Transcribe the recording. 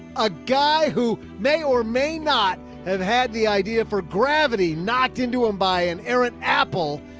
a guy who may or may not have had the idea for gravity knocked into him by an aaron apple.